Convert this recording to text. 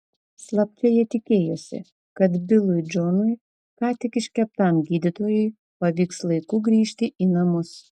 slapčia ji tikėjosi kad bilui džonui ką tik iškeptam gydytojui pavyks laiku grįžti į namus